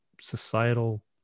societal